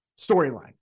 storyline